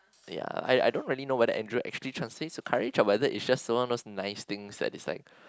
ya I I don't really know whether Andrew actually translates to courage or whether is just don't know those nice things that is like